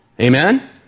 Amen